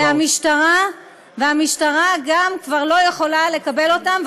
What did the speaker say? וגם המשטרה כבר לא יכולה לקבל אותם.